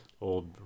Old